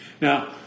Now